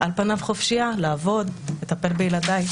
על פניו חופשיה לעבוד, לטפל בילדיי.